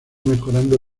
mejorando